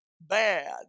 bad